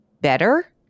better